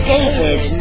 David